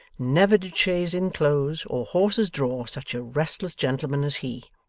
never did chaise inclose, or horses draw, such a restless gentleman as he.